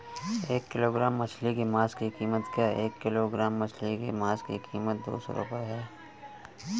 एक किलोग्राम मछली के मांस की कीमत क्या है?